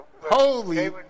holy